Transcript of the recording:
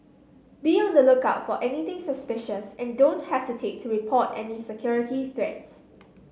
be on the lookout for anything suspicious and don't hesitate to report any security threats